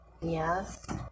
Yes